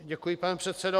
Děkuji, pane předsedo.